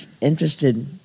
interested